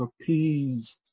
appeased